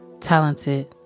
talented